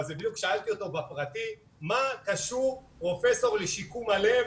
בדיוק שאלתי אותו בפרטי מה קשור פרופ' לשיקום הלב,